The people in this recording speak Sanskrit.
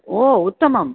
ओ उत्तमं